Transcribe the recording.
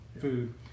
food